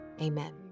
Amen